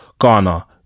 Ghana